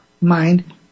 mind